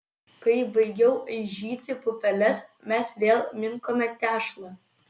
kai baigiau aižyti pupeles mes vėl minkome tešlą